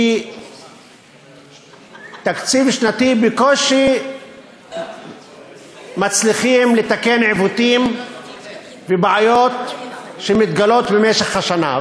כי בתקציב שנתי בקושי מצליחים לתקן עיוותים ובעיות שמתגלות במשך השנה,